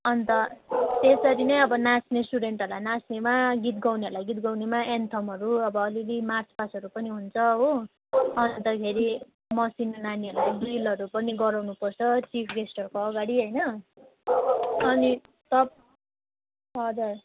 अन्त त्यसरी नै अब नाच्ने स्टुडेन्टहरूलाई नाच्नेमा गीत गाउनेहरूलाई गीत गाउनेमा एन्थमहरू अब अलिअलि मार्चपास्टहरू पनि हुन्छ हो अन्तखेरि मसिनो नानीहरूलाई ड्रिलहरू पनि गराउनुपर्छ चिफगेस्टहरूको अगाडि होइन अनि तपाईँ हजुर